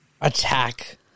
attack